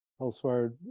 elsewhere